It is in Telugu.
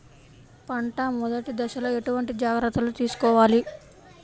పంట మెదటి దశలో ఎటువంటి జాగ్రత్తలు తీసుకోవాలి?